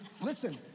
Listen